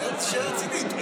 זו שאלה רצינית.